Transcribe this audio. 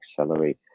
accelerate